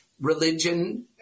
religion